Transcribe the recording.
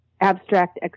abstract